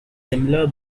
similar